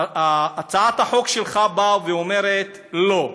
הצעת החוק שלך באה ואומרת: לא,